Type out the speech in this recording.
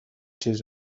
تیز